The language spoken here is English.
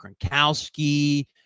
Kronkowski